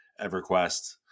EverQuest